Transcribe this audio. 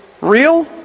real